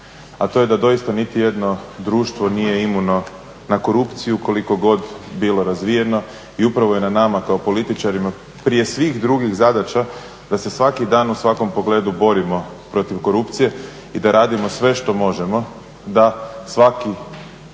a to je da doista niti jedno društvo nije imuno na korupciju koliko god bilo razvijeno i upravo je na nama kao političarima prije svih drugih zadaća da se svaki dan u svakom pogledu borimo protiv korupcije i da radimo sve što možemo da svaki